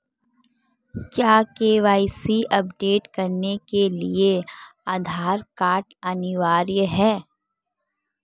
क्या KYC update करने के लिए आधार कार्ड अनिवार्य है?